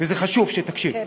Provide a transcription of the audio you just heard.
וחשוב שתקשיב.